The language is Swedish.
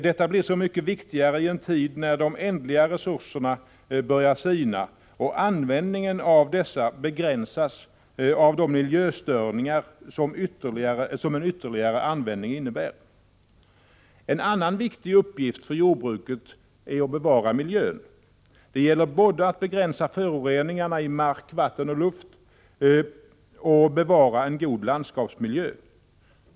Detta blir så mycket viktigare i en tid då de ändliga resurserna börjar sina och användningen av dessa begränsas av de miljöstörningar som en ytterligare användning innebär. En annan viktig uppgift för jordbruket är att bevara miljön. Det gäller både att begränsa föroreningarna i mark, vatten och luft och att bevara en god landskapsmiljö.